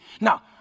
Now